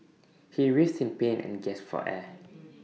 he writhed in pain and gasped for air